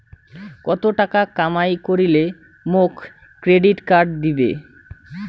কত টাকা কামাই করিলে মোক ক্রেডিট কার্ড দিবে?